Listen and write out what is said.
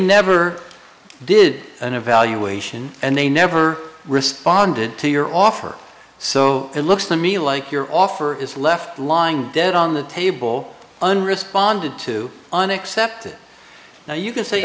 never did an evaluation and they never responded to your offer so it looks to me like your offer is left lying dead on the table and responded to an excepted now you can say